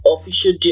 official